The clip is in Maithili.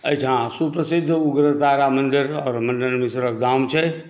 एहिठाम सुप्रसिद्ध उग्रतारा मन्दिर आओर मण्डन मिश्रक गाम छै